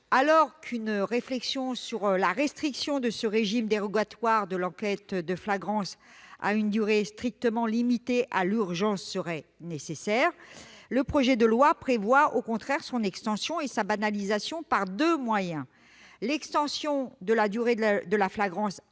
Alors qu'une réflexion sur la restriction de ce régime dérogatoire de l'enquête de flagrance à une durée strictement limitée à l'urgence serait nécessaire, le projet de loi prévoit au contraire l'extension et la banalisation de ce dispositif par deux moyens. Il étend, premièrement, la durée de la flagrance